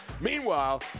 Meanwhile